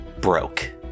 broke